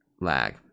lag